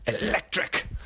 electric